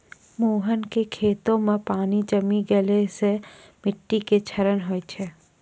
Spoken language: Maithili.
मोहन के खेतो मॅ पानी जमी गेला सॅ मिट्टी के क्षरण होय गेलै